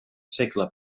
segle